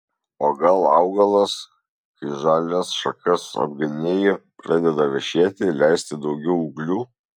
o gal augalas kai žalias šakas apgenėji pradeda vešėti leisti daugiau ūglių